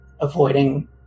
avoiding